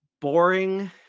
boring